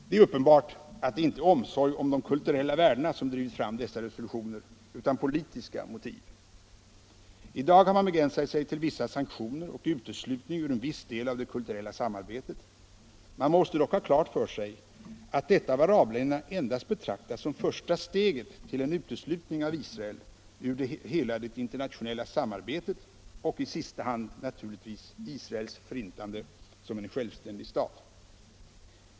Det är uppenbart att det inte är omsorg om de kulturella värdena som drivit fram dessa resolutioner, utan de har tillkommit av politiska motiv. I dag har man begränsat sig till vissa sanktioner och uteslutning ur en viss del av det kulturella samarbetet. Vi måste dock ha klart för oss att detta av arabländerna endast betraktas som första steget till en uteslutning av Israel ur hela det internationella samarbetet och i sista hand naturligtvis Israels förintande som en självständig stat.